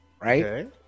right